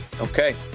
Okay